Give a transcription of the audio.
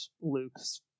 Luke's